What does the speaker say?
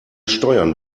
steuern